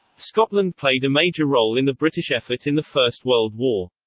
scotland played a major role in the british effort in the first world war.